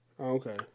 Okay